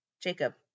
Jacob